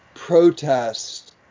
protest